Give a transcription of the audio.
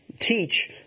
teach